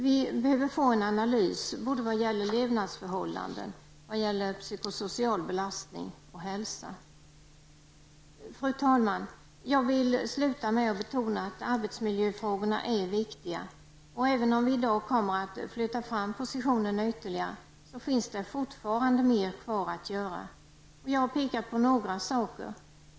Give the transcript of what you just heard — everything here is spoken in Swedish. Vi behöver en analys av levnadsförhållanden, psykosocial belastning och hälsa. Fru talman! Jag vill till sist betona att arbetsmiljöfrågorna är viktiga. Även om vi i dag kommer att flytta fram positionerna ytterligare finns det fortfarande saker att göra. Jag har pekat på några saker.